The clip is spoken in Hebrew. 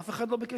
אף אחד מישראל